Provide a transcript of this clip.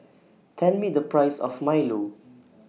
Tell Me The Price of Milo